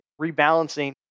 rebalancing